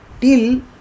Till